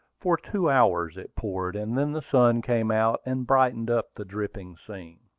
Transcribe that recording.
for two hours it poured, and then the sun came out, and brightened up the dripping scene.